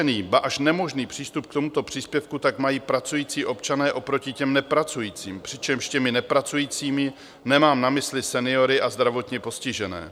Ztížený, ba až nemožný přístup k tomuto příspěvku tak mají pracující občané oproti těm nepracujícím, přičemž těmi nepracujícími nemám na mysli seniory a zdravotně postižené.